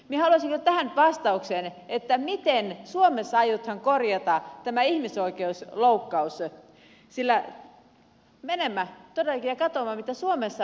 minä haluaisin kyllä tähän nyt vastauksen miten suomessa aiotaan korjata tämä ihmisoikeusloukkaus niin että menemme todellakin ja katsomme mikä suomessa on tilanne